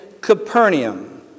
Capernaum